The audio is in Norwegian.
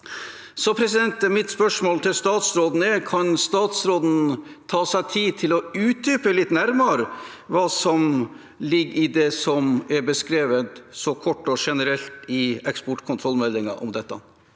skal gjennomføres. Mitt spørsmål til statsråden er: Kan statsråden ta seg tid til å utdype litt nærmere hva som ligger i det som er beskrevet så kort og generelt i eksportkontrollmeldingen om dette?